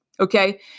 Okay